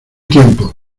tiempo